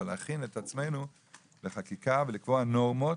אבל להכין את עצמנו לחקיקה ולקבוע נורמות